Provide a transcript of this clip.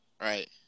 Right